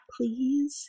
please